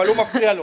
אבל הוא מפריע לו.